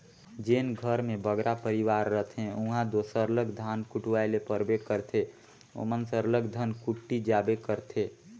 जेन घर में बगरा परिवार रहथें उहां दो सरलग धान कुटवाए ले परबे करथे ओमन सरलग धनकुट्टी जाबे करथे